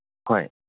ꯍꯣꯏ